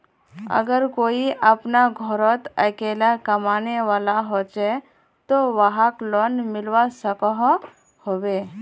अगर कोई अपना घोरोत अकेला कमाने वाला होचे ते वाहक लोन मिलवा सकोहो होबे?